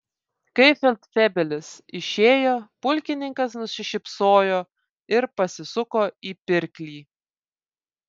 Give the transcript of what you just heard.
kai feldfebelis išėjo pulkininkas nusišypsojo ir pasisuko į pirklį